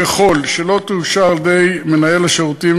5. ככל שלא תאושר על-ידי מנהל השירותים